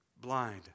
blind